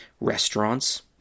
restaurants